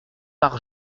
par